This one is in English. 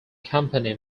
company